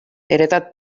heretat